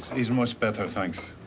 he's much better. thanks.